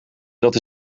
dat